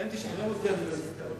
אם תשחרר אותי, אני לא אתנגד.